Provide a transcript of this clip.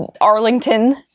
Arlington